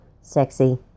sexy